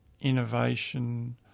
innovation